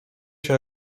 się